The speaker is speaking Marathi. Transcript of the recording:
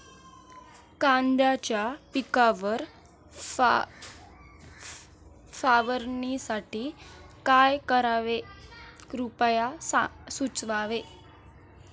कांद्यांच्या पिकावर फवारणीसाठी काय करावे कृपया सुचवावे